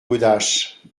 godache